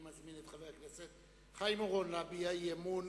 אני מזמין את חבר הכנסת חיים אורון להביע אי-אמון